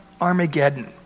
Armageddon